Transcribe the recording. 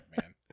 man